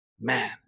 Man